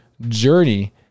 journey